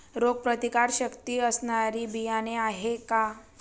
रोगप्रतिकारशक्ती असणारी बियाणे आहे का?